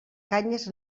canyes